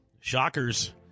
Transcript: Shockers